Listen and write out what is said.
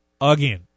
again